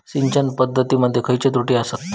सिंचन पद्धती मध्ये खयचे त्रुटी आसत?